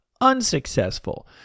unsuccessful